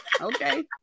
Okay